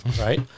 Right